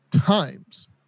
times